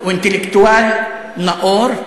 הוא אינטלקטואל נאור.